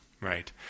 right